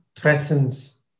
presence